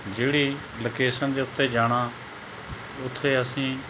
ਜਿਹੜੀ ਲੋਕੇਸ਼ਨ ਦੇ ਉੱਤੇ ਜਾਣਾ ਉੱਥੇ ਅਸੀਂ